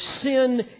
sin